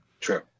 True